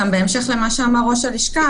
בהמשך למה שאמר ראש הלשכה,